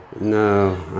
No